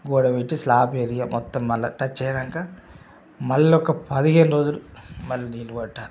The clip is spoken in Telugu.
గోడ పెట్టి స్లాబ్ ఏరియా మొత్తం మళ్ళా టచ్ అయినాక